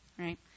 Right